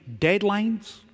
deadlines